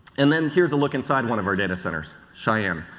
and then here is a look inside one of our data centers, cheyenne,